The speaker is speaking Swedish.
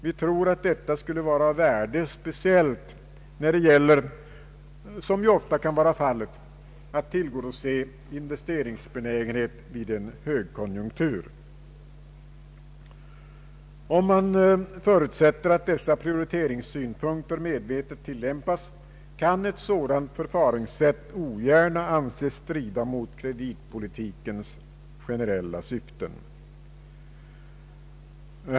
Vi tror att detta skulle vara av värde speciellt när det gäller — vilket ju ofta kan vara fallet — att tillgodose investeringsbenägenhet vid en högkonjunktur. Om man förutsätter att dessa prioriteringssynpunkter medvetet tillämpas kan ett sådant förfaringssätt ogärna anses strida mot kreditpolitikens generella syften.